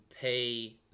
pay